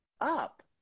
up